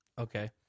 Okay